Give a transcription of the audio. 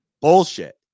Bullshit